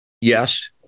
Yes